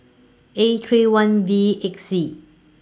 A three one V eight C